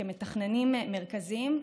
כמתכננים מרכזיים,